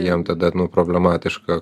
jiems tada problematiška